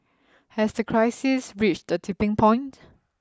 has the crisis reached a tipping point